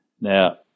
Now